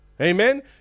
Amen